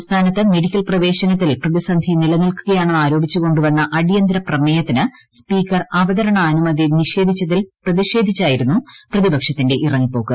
സംസ്ഥാനത്ത് മെഡിക്കൽപ്രവേശനത്തിൽ പ്രിതീസന്ധി നിലനിൽക്കുകയാണെന്ന് ആരോപിച്ച് കൊണ്ടു വന്ന അടിയന്തരപ്രമേയത്തിന് സ്പീക്കർ അവതരണാനുമതി നിഷേധിച്ചതിൽ പ്രതിഷേധിച്ചായിരുന്നു പ്രതിപക്ഷത്തിന്റെ ഇറങ്ങിപ്പോക്ക്